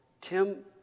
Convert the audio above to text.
Tim